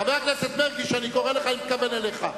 חבר הכנסת מרגי, כשאני קורא לך אני מתכוון אליך.